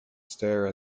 stare